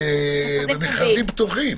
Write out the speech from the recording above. מאז שהחלטתם את ההחלטה הזאת במכרזים פתוחים.